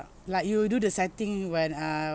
like you do the setting when err